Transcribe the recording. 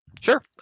Sure